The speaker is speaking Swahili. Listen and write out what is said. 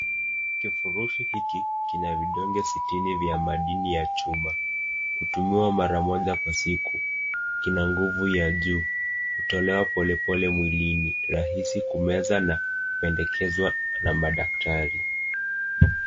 Kifurushi hiki kina vidonge sitini vya madini ya chuma, hutumiwa mara moja kwa siku kina nguvu ya juu hutolewa pole pole mwilini rahisi kumeza na kupendekezwa na madaktari.